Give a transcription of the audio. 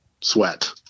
Sweat